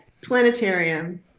Planetarium